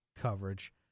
coverage